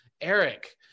Eric